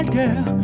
girl